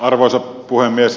arvoisa puhemies